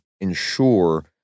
ensure